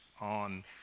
on